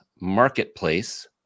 Marketplace